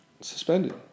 suspended